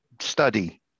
study